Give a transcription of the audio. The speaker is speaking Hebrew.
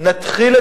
הסביבה את